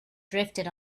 drifted